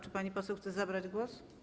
Czy pani poseł chce zabrać głos?